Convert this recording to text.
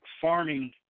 farming